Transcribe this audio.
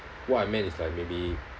what I meant is like maybe